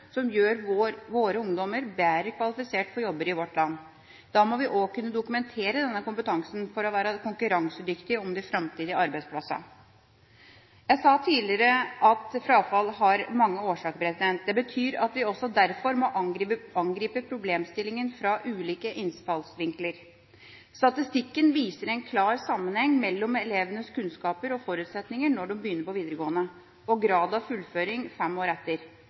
som gjør våre ungdommer bedre kvalifisert for jobber i vårt land. Da må vi også kunne dokumentere denne kompetansen, for å være konkurransedyktige om de framtidige arbeidsplassene. Jeg sa tidligere at frafall har mange årsaker. Det betyr at vi også derfor må angripe problemstillinga fra ulike innfallsvinkler. Statistikken viser en klar sammenheng mellom elevenes kunnskaper og forutsetninger når de begynner på videregående, og grad av fullføring fem år etter.